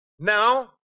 Now